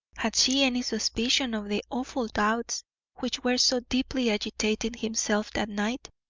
had she any suspicion of the awful doubts which were so deeply agitating himself that night?